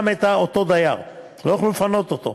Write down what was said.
גם אותו דייר, לא יוכלו לפנות אותו.